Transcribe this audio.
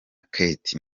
kate